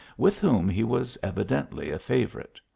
with whom he was evidently a favour it?